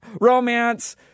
Romance